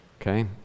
okay